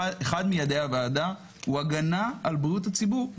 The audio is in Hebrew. אחד מיעדי הוועדה הוא הגנה על בריאות הציבור,